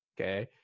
Okay